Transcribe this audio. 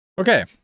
Okay